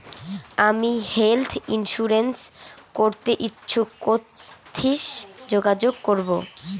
আমি health insurance করতে ইচ্ছুক কথসি যোগাযোগ করবো?